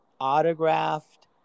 autographed